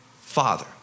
Father